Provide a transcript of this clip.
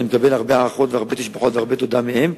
אני מקבל הרבה הערכות והרבה תשבחות והרבה תודה מהם.